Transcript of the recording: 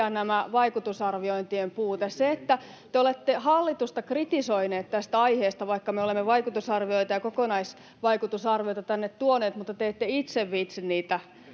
vaikutusarviointien puute. Se, että te olette hallitusta kritisoineet tästä aiheesta, vaikka me olemme vaikutusarvioita ja kokonaisvaikutusarvioita tänne tuoneet, mutta te ette itse viitsi niitä